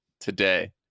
today